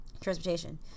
transportation